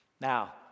Now